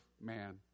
man